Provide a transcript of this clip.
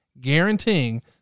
guaranteeing